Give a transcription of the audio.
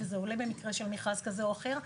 וזה עולה במקרה של מכרז כזה או אחר.